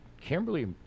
Kimberly